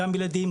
גם בילדים,